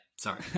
Sorry